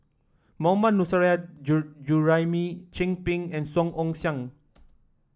Mohammad Nurrasyid Juraimi Chin Peng and Song Ong Siang